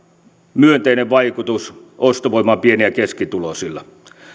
myönteinen vaikutus ostovoimaan pieni ja keskituloisilla